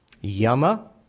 Yama